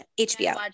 HBO